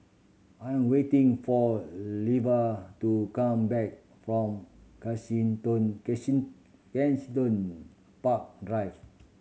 I am waiting for Lavar to come back from Kensington Park Drive